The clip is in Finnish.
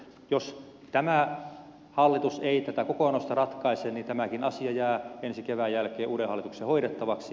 jos tämä hallitus ei tätä kokonaisuutta ratkaise niin tämäkin asia jää ensi kevään jälkeen uuden hallituksen hoidettavaksi